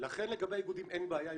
לכן לגבי האיגודים אין בעיה.